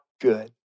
good